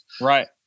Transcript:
Right